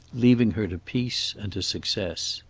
leaving her to peace and to success.